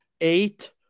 Eight